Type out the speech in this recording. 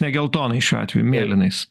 ne geltonai šiuo atveju mėlynais